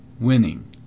winning